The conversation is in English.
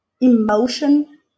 emotion